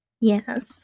yes